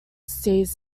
sees